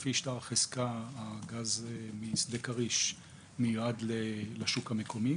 לפי שלב החזקה הגז משדה כריש מיועד לשוק המקומי